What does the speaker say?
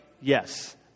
Yes